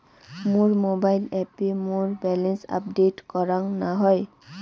মোর mobile অ্যাপে মোর balance update করাং না হই